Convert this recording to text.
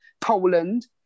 Poland